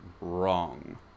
wrong